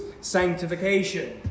sanctification